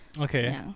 Okay